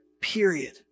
period